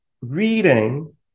reading